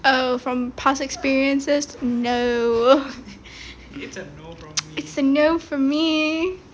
oh from past experiences no it's a no from me